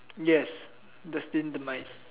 yes destined demise